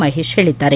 ಮಹೇಶ್ ಹೇಳಿದ್ದಾರೆ